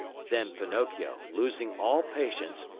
then pinocchio, losing all patience,